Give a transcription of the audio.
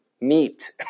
meat